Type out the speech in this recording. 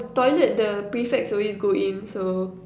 oh toilet the prefects always go in so